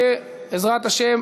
בעזרת השם,